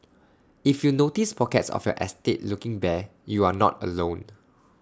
if you notice pockets of your estate looking bare you are not alone